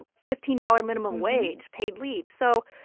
fifteen dollars minimum wage, paid leave. so,